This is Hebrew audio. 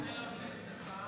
טייב, רציתי להוסיף לך את